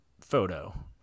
photo